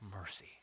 mercy